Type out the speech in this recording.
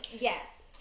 Yes